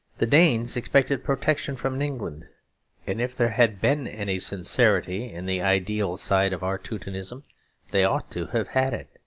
the danes expected protection from england and if there had been any sincerity in the ideal side of our teutonism they ought to have had it.